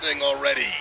already